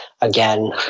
again